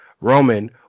Roman